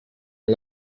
and